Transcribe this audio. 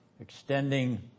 extending